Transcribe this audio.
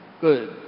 good